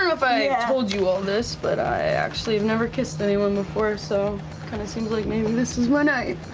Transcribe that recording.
if i told you all this, but i actually have never kissed anyone before, so kind of seems like maybe this is my night.